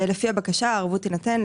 הערבות יכולה להיות